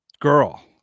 girl